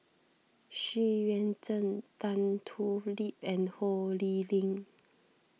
Xu Yuan Zhen Tan Thoon Lip and Ho Lee Ling